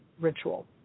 ritual